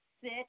sit